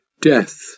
death